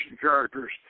characters